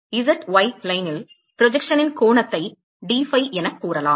எனவே z y ப்ளைனில் ப்ரொஜெக்ஷனின் கோணத்தை d phi எனக் கூறலாம்